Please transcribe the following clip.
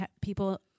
people